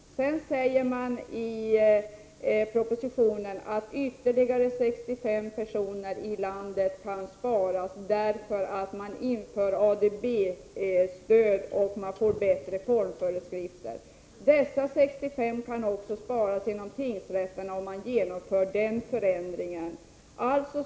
Sedan säger mani propositionen att ytterligare 65 personer i landet kan sparas in, eftersom man inför ADB-stöd och får bättre formföreskrifter. 65 personer kan också sparas på tingsrätterna om man genomför den förändringen.